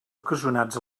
ocasionats